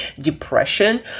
depression